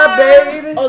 baby